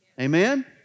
Amen